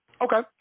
Okay